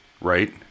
right